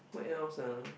what else ah